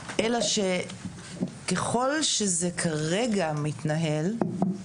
אלא שככול שזה כרגע מנהל,